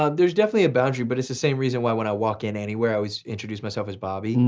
ah there's definitely a boundary but it's the same reason why when i walk in anywhere i always introduce myself as bobby,